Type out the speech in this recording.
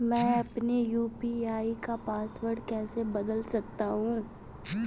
मैं अपने यू.पी.आई का पासवर्ड कैसे बदल सकता हूँ?